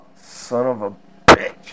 son-of-a-bitch